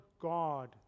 God